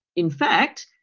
in fact,